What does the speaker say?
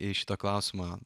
į šitą klausimą